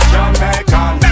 Jamaican